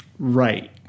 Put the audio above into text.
Right